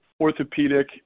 orthopedic